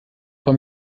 beim